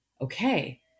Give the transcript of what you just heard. Okay